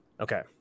Okay